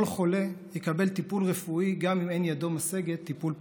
חולה יקבל טיפול רפואי גם אם אין ידו משגת טיפול פרטי.